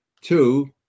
two